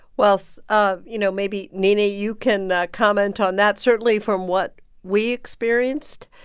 well, so um you know, maybe nina, you can comment on that. certainly, from what we experienced,